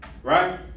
Right